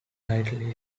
title